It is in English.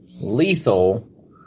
lethal